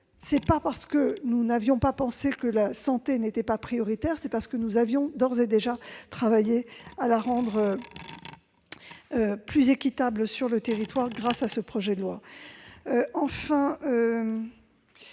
En d'autres termes, nous n'avons pas pensé que la santé n'était pas prioritaire ; nous avions d'ores et déjà travaillé à la rendre plus équitable sur le territoire grâce à ce projet de loi.